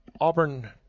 Auburn